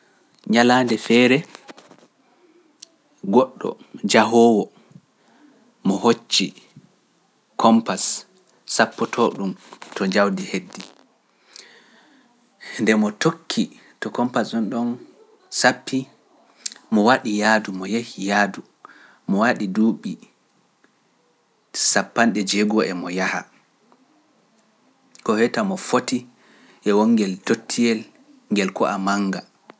Ñalaande feere goɗɗo jahoowo mo hocci kompas sappotoo ɗum duuɓi sapanɗe jeegowo e mo yaha, ko heta mo foti e wongel tottiyel ngel kuwa mannga.